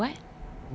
he's going to [what]